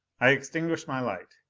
i extinguished my light.